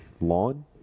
lawn